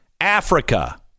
Africa